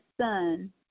son